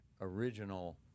original